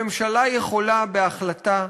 הממשלה יכולה בהחלטה,